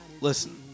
Listen